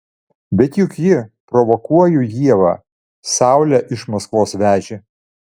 bet juk ji provokuoju ievą saulę iš maskvos vežė